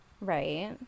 right